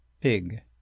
pig